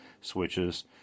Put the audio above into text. switches